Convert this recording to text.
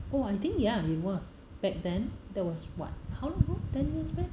oh I think ya it was back then that was what how long ah ten years back